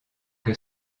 que